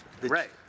right